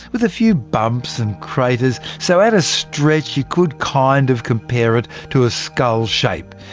with a few bumps and craters, so at a stretch you could kind of compare it to a skull shape.